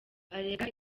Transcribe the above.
arega